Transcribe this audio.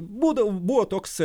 būdavo buvo toks